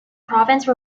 province